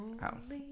house